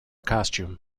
costume